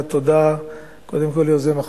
שמגיעה תודה קודם כול ליוזם החוק,